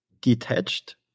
detached